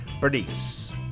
Bernice